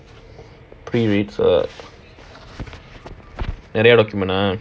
pre reads ah நெறைய document ஆஹ்:neraiya daakkument aah